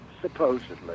supposedly